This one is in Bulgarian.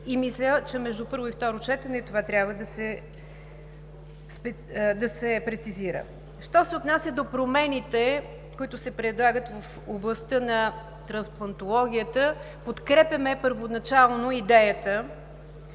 И мисля, че между първо и второ четене това трябва да се прецизира. Що се отнася до промените, които се предлагат в областта на трансплантологията, подкрепяме първоначално идеята